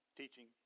teaching